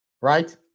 right